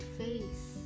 face